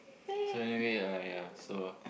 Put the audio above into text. so anyway uh ya so